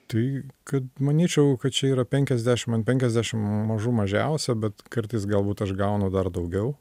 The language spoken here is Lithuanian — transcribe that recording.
tai kad manyčiau kad čia yra penkiasdešim ant penkiasdešim mažų mažiausia bet kartais galbūt aš gaunu dar daugiau